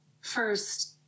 First